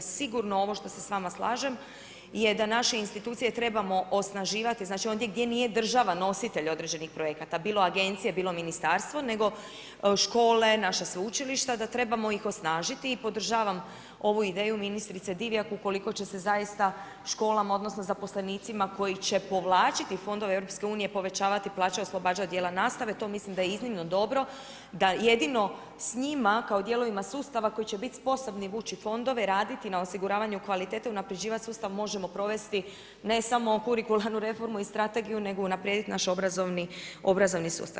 Sigurno ovo što se s vama slažem je da naše institucije trebamo osnaživati ondje gdje nije država nositelj određenih projekata, bilo agencije, bilo ministarstvo nego škole, naša sveučilišta da trebamo ih osnažiti podržavam ovu ideju ministrice Divjak ukoliko će se zaista školama odnosno zaposlenicima koji će povlačiti fondove EU povećavati plaća i oslobađati dijela nastave, to mislim da je iznimno dobro da jedino s njima kao dijelovima sustava koji će biti sposobni vući fondove, raditi na osiguravanju kvalitete unaprjeđivati sustav možemo provesti ne samo kurikularnu reformu i strategiju nego unaprijediti naš obrazovni sustav.